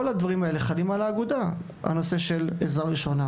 עזרה ראשונה,